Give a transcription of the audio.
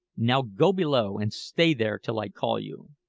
now go below, and stay there till i call you.